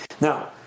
now